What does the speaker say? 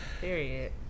Period